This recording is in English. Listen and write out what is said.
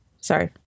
Sorry